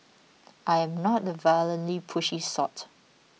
I am not the violently pushy sort